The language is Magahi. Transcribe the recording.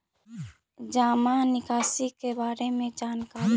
जामा निकासी के बारे में जानकारी?